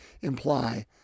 imply